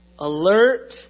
Alert